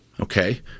okay